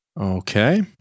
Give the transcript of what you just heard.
okay